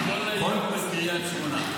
היום הייתי כל היום בקריית שמונה.